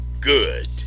good